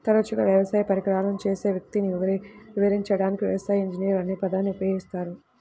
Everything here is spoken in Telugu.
తరచుగా వ్యవసాయ పరికరాలను చేసే వ్యక్తిని వివరించడానికి వ్యవసాయ ఇంజనీర్ అనే పదాన్ని ఉపయోగిస్తారు